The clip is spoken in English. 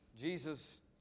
Jesus